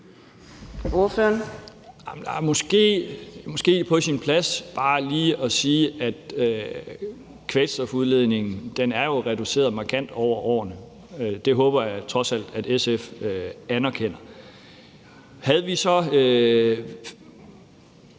er det på sin plads bare lige at sige, at kvælstofudledningen jo er reduceret markant over årene. Det håber jeg trods alt at SF anerkender. Havde vi så